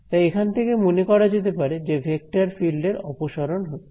তাই এখান থেকে মনে করা যেতে পারে যে ভেক্টর ফিল্ড এর অপসরণ হচ্ছে